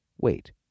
Wait